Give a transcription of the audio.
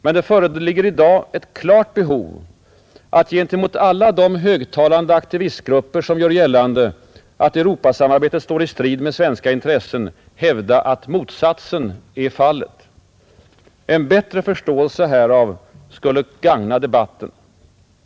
Men det föreligger i dag ett klart behov att gentemot alla de högtalande aktivistgrupper, som gör gällande att Europasamarbetet står i strid med svenska intressen, hävda att motsatsen är fallet. En bättre förståelse härför skulle gagna debatten.